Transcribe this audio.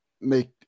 make